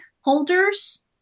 holders